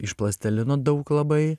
iš plastilino daug labai